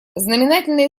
знаменательные